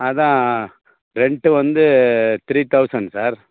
அதான் ரெண்ட்டு வந்து த்ரீ தௌசண்ட் சார்